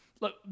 Look